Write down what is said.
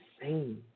insane